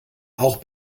auch